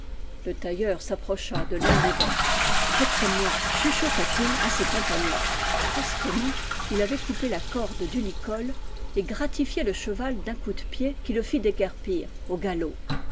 le tailleur s'approcha de l'une des bêtes faites comme moi chuchota t il à ses compagnons prestement il avait coupé la corde du licol et gratifié le cheval d'un coup de pied qui le fit déguerpir au galop